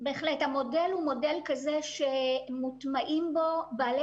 המודל הוא מודל כזה שמוטמעים בו בעלי